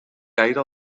gaire